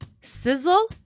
sizzle